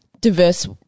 diverse